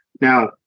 Now